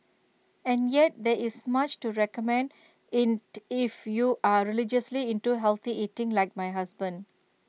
and yet there is much to recommend if you are religiously into healthy eating like my husband